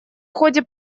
ходе